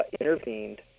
intervened